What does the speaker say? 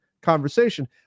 conversation